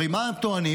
הרי מה הם טוענים?